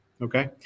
Okay